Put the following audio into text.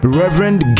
reverend